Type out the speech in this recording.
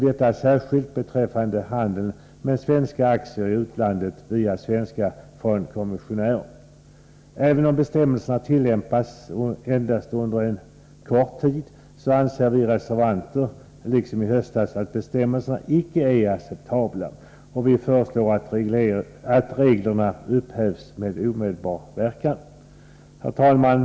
Detta gäller särskilt handeln med svenska aktier i utlandet via svenska fondkommissionärer. Även om bestämmelserna tillämpats endast under en kort tid, anser vi reservanter liksom i höstas att bestämmelserna inte är acceptabla. Vi föreslår därför att reglerna upphävs med omedelbar verkan. Herr talman!